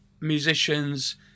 musicians